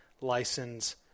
license